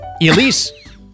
Elise